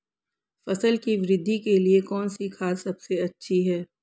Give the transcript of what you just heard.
फसल की वृद्धि के लिए कौनसी खाद सबसे अच्छी है?